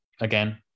again